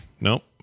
Nope